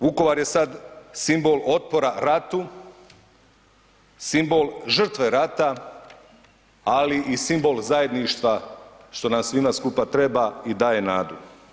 Vukovar je sad simbol otpora ratu, simbol žrtve rata ali i simbol zajedništva što nam svima skupa treba i daje nadu.